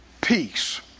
peace